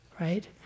right